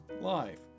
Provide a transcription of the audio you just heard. life